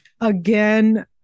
again